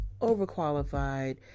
overqualified